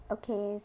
okay